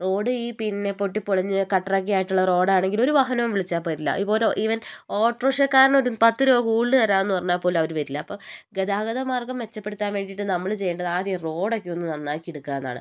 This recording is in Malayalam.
റോഡ് ഈ പിന്നെ പൊട്ടി പൊളിഞ്ഞ് കട്ടറൊക്കെ ആയിട്ടുള്ള റോഡ് ആണെങ്കിൽ ഒരു വാഹനവും വിളിച്ചാൽ വരില്ല ഓരോ ഈവൻ ഓട്ടോറിക്ഷകാരനോട് പത്ത് രൂപ കൂടുതൽ താരാമെന്നു പറഞ്ഞാൽ പോലും അവരു വരില്ല അപ്പോൾ ഗതാഗത മാർഗം മെച്ചപ്പെടുത്താൻ വേണ്ടീട്ട് നമ്മൾ ചെയ്യേണ്ടത് ആദ്യം ഈ റോഡൊക്കെയൊന്നു നന്നാക്കി എടുക്കുക എന്നാണ്